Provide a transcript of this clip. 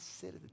sit